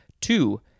Two